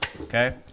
okay